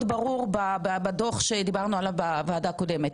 ברור בדוח שדיברנו עליו בוועדה הקודמת.